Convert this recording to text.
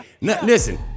Listen